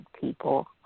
people